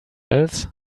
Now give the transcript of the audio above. else